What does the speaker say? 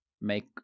make